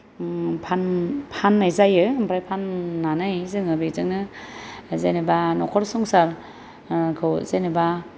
फान फाननाय जायो ओमफ्राय फाननानै जोङो बेजोंनो जेनेबा न'खर संसार खौ जेनेबा